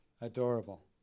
adorable